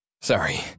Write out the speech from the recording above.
Sorry